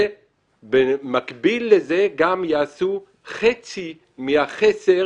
אבל במקביל לזה גם יעשו חצי מהחסר